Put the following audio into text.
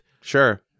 Sure